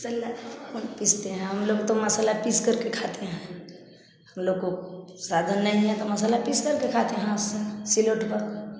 सिल पीसते हैं हम लोग तो मसाला पीस कर के खाते हैं लोग को साधन नहीं है तो मसाला पीसकर के खाते हैं हाथ से सीलोटे पर